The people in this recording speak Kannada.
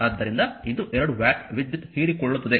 ಆದ್ದರಿಂದ ಇದು 2 ವ್ಯಾಟ್ ವಿದ್ಯುತ್ ಹೀರಿಕೊಳ್ಳುತ್ತದೆ